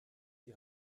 die